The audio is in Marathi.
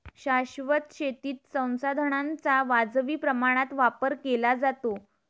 शाश्वत शेतीत संसाधनांचा वाजवी प्रमाणात वापर केला जातो